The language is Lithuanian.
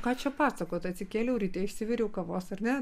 ką čia pasakot atsikėliau ryte išsiviriau kavos ar ne